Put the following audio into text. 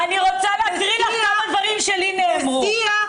אני רוצה להקריא לך כמה דברים שנאמרו לי.